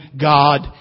God